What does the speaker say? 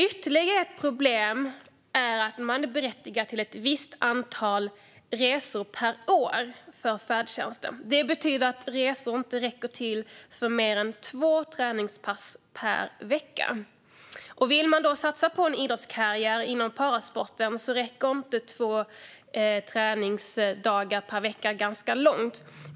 Ytterligare ett problem är att man är berättigad till ett visst antal färdtjänstresor per år. Det innebär att antalet resor inte räcker till för mer än två träningspass per vecka. Om man vill satsa på en idrottskarriär inom parasport räcker inte två träningsdagar per vecka särskilt långt.